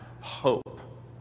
hope